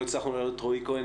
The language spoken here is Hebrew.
לא הצלחנו להעלות את רועי כהן,